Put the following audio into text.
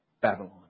Babylon